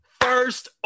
first